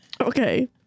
Okay